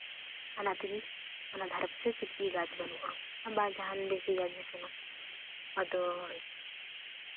ᱚᱱᱟ ᱛᱮᱜᱮ ᱚᱱᱟ ᱫᱷᱟᱨᱮ ᱯᱟᱥᱮ ᱪᱮᱫ ᱜᱮ ᱜᱟᱪᱷ ᱵᱟᱹᱱᱩᱜᱼᱟ ᱟᱵᱟᱨ ᱡᱟᱦᱟᱱ ᱵᱮᱥᱤ ᱜᱟᱪᱷᱮᱥ ᱢᱮᱱᱟᱜᱼᱟ ᱟᱫᱚ